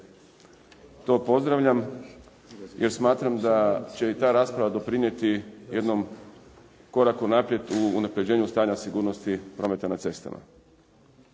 To pozdravljam jer smatram da će i ta rasprava doprinijeti jednom koraku unaprijed u unapređenju stanja sigurnosti prometa na cestama.